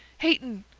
hayton.